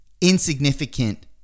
Insignificant